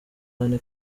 ane